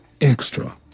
extra